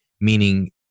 meaning